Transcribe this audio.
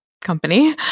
company